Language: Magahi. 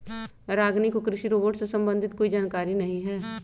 रागिनी को कृषि रोबोट से संबंधित कोई जानकारी नहीं है